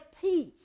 peace